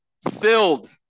Filled